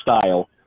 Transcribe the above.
style